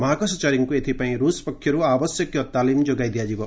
ମହାକାଶଚାରୀଙ୍କୁ ଏଥିପାଇଁ ରୁଷ ପକ୍ଷରୁ ଆବଶ୍ୟକୀୟ ତାଲିମ ଯୋଗାଇ ଦିଆଯିବ